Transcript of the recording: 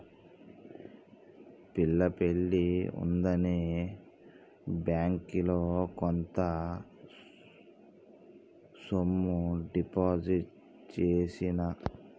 పిల్ల పెళ్లి ఉందని బ్యేంకిలో కొంత సొమ్ము డిపాజిట్ చేసిన